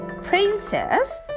Princess